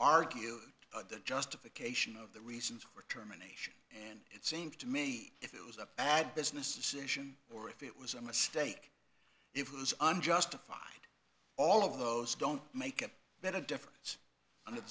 argue the justification of the reasons for terminations and it seems to me if it was a bad business decision or if it was a mistake if it was unjustified all of those don't make a bit of difference on the